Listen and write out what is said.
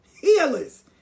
healers